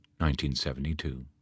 1972